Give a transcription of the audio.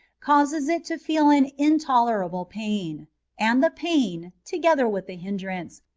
canses it to feel an intolerable pain and the pain, together with the hindrance,